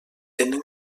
tenen